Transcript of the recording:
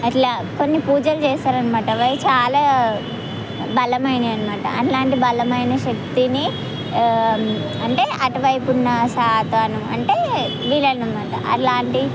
అట్లా కొన్ని పూజలు చేస్తారు అన్నమాట అవి చాలా బలమైనవి అన్నమాట అలాంటి బలమైన శక్తిని అంటే అటువైపు ఉన్న సాతాను అంటే విలన్ అన్నమాట అలాంటి